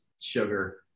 sugar